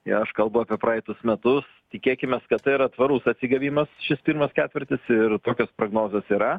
ir aš kalbu apie praeitus metus tikėkimės kad tai yra tvarus atsigavimas šis pirmas ketvirtis ir tokios prognozės yra